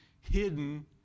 hidden